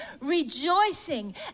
rejoicing